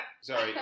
Sorry